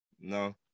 No